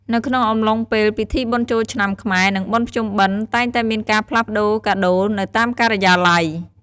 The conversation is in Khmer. នៅក្នុងអំឡុងពេលពិធីបុណ្យចូលឆ្នាំខ្មែរ និងបុណ្យភ្ជុំបិណ្ឌតែងតែមានការផ្លាស់ប្តូរកាដូរនៅតាមការិយាល័យ។